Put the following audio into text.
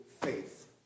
faith